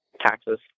taxes